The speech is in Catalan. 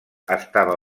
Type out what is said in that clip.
estava